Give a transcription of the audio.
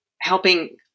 helping